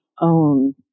own